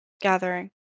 gathering